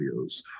videos